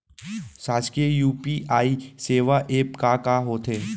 शासकीय यू.पी.आई सेवा एप का का होथे?